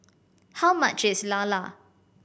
how much is lala